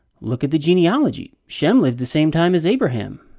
look at the genealogy. shem lived the same time as abraham.